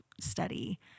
study